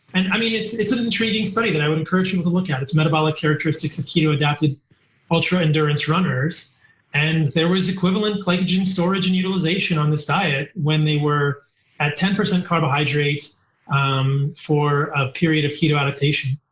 and i mean it's an intriguing study that i would encourage you to look at, its metabolic characteristics and keto adapted ultra endurance runners and there was equivalent glycogen storage and utilization on this diet when they were at ten percent carbohydrates for a period of keto adaptation.